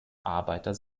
arbeiter